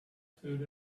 food